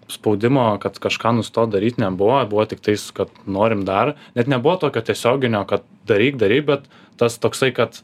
spaudimo kad kažką nustot daryt nebuvo buvo tiktais kad norim dar net nebuvo tokio tiesioginio kad daryk darei bet tas toksai kad